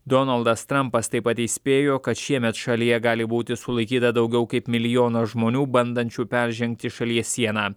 donaldas trumpas taip pat įspėjo kad šiemet šalyje gali būti sulaikyta daugiau kaip milijonas žmonių bandančių peržengti šalies sieną